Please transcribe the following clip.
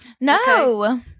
no